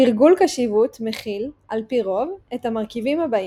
תרגול קשיבות מכיל, על פי רוב, את המרכיבים הבאים